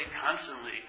constantly